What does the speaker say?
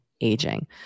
aging